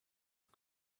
not